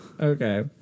Okay